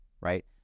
right